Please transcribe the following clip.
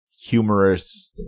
humorous